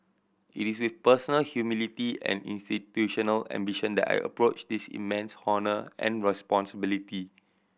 it is with personal humility and institutional ambition that I approach this immense honour and responsibility